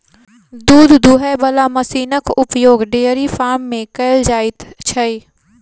दूध दूहय बला मशीनक उपयोग डेयरी फार्म मे कयल जाइत छै